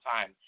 time